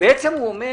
בעצם הוא אומר